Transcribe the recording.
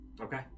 Okay